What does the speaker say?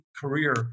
career